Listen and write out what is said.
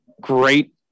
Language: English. great